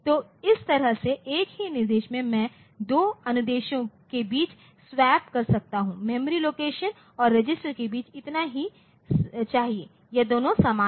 तो इस तरह से एक ही निर्देश में मैं दो अनुदेशों के बीच स्वैप कर सकता हूं मेमोरी लोकेशन और रजिस्टर के बीच इतना ही चाहिए यह दोनों समान हो